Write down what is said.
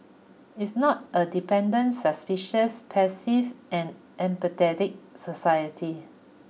it's not a dependent suspicious passive and apathetic society